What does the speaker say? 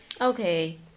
Okay